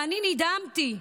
ואני נדהמתי.